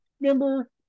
Remember